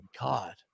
god